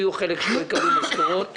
יהיו חלק שלא יקבלו משכורות.